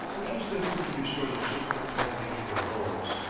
which was destined to restore the shipwrecked company to their homes.